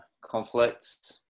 conflicts